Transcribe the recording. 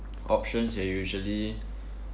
options they usually